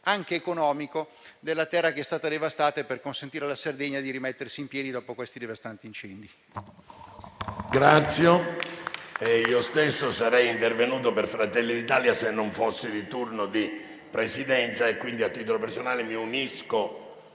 anche economico, della terra devastata e consentire alla Sardegna di rimettersi in piedi dopo i devastanti incendi.